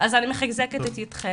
אז אני מחזקת את ידכם.